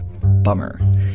Bummer